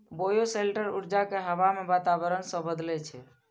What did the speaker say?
bioshelter ऊर्जा कें हवा के वातावरण सं बदलै छै